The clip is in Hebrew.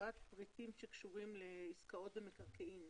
פריטים שקשורים לעסקאות במקרקעין.